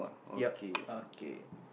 ya okay